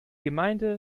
gemeinde